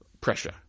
pressure